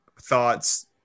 thoughts –